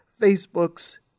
Facebook's